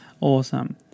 awesome